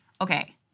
Okay